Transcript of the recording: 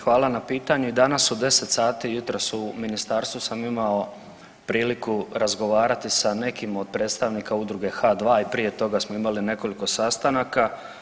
Hvala na pitanju i danas u 10 sati jutros u Ministarstvu sam imao priliku razgovarati sa nekima od predstavnika udruge H2 i prije toga smo imali nekoliko sastanaka.